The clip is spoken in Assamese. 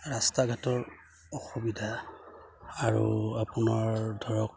ৰাস্তা ঘাটৰ অসুবিধা আৰু আপোনাৰ ধৰক